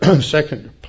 second